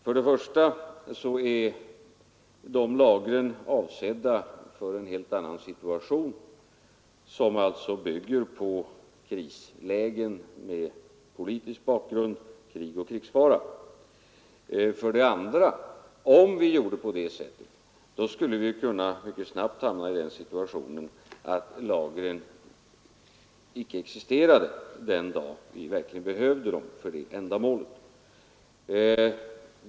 För det första är de lagren avsedda för en helt annan situation, som bygger på krislägen med politisk bakgrund, krig och krigsfara. För det andra skulle vi, om vi gjorde på det sättet, mycket snabbt kunna hamna i den situationen att lagren icke existerade den dag vi verkligen behövde dem.